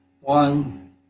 one